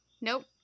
nope